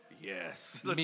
Yes